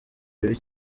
bibi